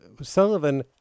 Sullivan